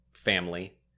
family